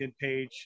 page